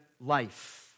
life